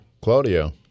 Claudio